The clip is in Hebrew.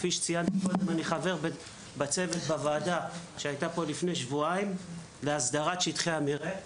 אני חבר גם בוועדה שהתכנסה פה לפני שבועיים לטובת הסדרת שטחי המרעה,